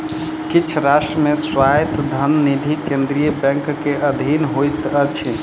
किछ राष्ट्र मे स्वायत्त धन निधि केंद्रीय बैंक के अधीन होइत अछि